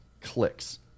clicks